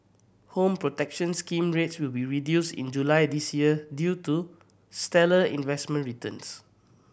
Home Protection Scheme rates will be reduced in July this year due to stellar investment returns